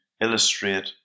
illustrate